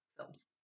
films